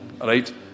right